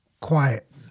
quiet